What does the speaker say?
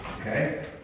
Okay